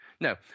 No